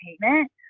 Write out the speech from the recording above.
payment